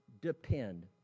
depend